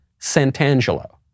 Santangelo